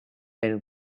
and